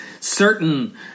certain